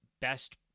best